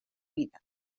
vida